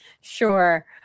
Sure